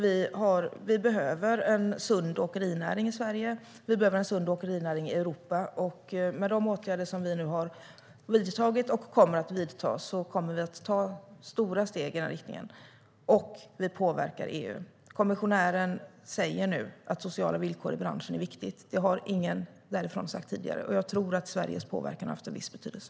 Vi behöver en sund åkerinäring i Sverige, och vi behöver en sund åkerinäring i Europa. Med de åtgärder som regeringen nu har vidtagit och kommer att vidta kommer vi att ta stora steg i den riktningen. Sverige påverkar EU. Kommissionären säger nu att sociala villkor i branschen är viktiga. Det har ingen därifrån sagt tidigare, och jag tror att Sveriges påverkan har haft en viss betydelse.